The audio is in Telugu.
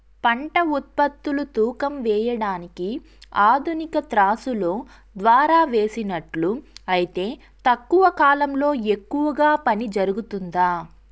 పంట ఉత్పత్తులు తూకం వేయడానికి ఆధునిక త్రాసులో ద్వారా వేసినట్లు అయితే తక్కువ కాలంలో ఎక్కువగా పని జరుగుతుందా?